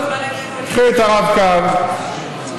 אתה תמיד הולך לאקסטרים.